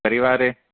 परिवारे